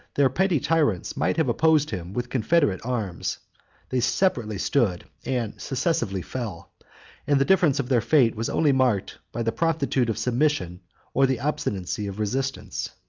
their petty tyrants might have opposed him with confederate arms they separately stood, and successively fell and the difference of their fate was only marked by the promptitude of submission or the obstinacy of resistance.